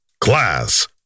Class